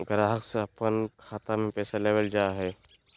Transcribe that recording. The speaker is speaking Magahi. ग्राहक से अपन खाता में पैसा लेबल जा हइ